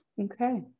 Okay